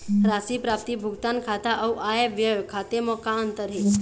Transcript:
राशि प्राप्ति भुगतान खाता अऊ आय व्यय खाते म का अंतर हे?